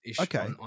okay